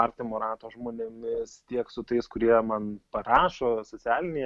artimo rato žmonėmis tiek su tais kurie man parašo socialinėje